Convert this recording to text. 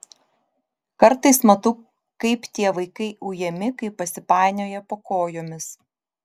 kartais matau kaip tie vaikai ujami kai pasipainioja po kojomis